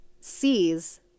sees